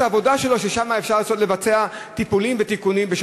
העבודה היא שאפשר לבצע בו טיפולים ותיקונים?